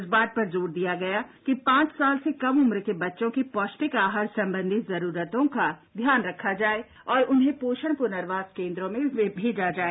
इस बात पर जोर दिया गया कि पांच साल से कम उम्र के बच्चों की पौष्टिक आहार संबंधी जरूरतों का ध्यान रखा जाए और उन्हें पोषण पुनर्वास केन्द्रों में मेजा जाए